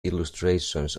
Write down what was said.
illustrations